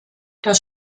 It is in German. das